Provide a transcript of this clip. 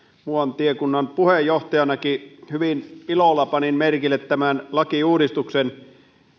muuan tiekunnan puheenjohtajanakin hyvin ilolla panin merkille tämän lakiuudistuksen